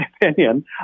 opinion